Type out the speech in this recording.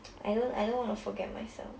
I don't I don't want to forget myself